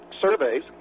surveys